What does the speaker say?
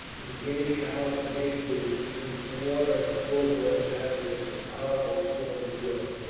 in getting out a big tooth and then swore at the poor boy, for having such a powerful strong jaw.